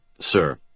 sir